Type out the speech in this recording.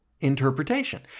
interpretation